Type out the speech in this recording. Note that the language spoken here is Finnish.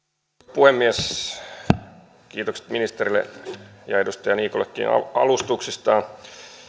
puhemies kiitokset ministerille ja edustaja niikollekin alustuksesta